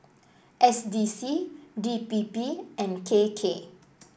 S D C D P P and K K